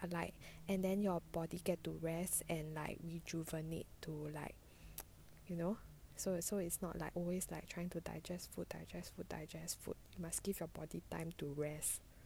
ah like and then your body get to rest and like rejuvenate to like you know so it's so it's not like always like trying to digest food digest food digest food must give your body time to rest